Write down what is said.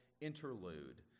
interlude